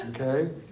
Okay